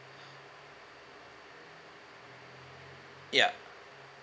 ya